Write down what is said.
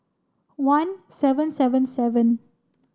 one seven seven seven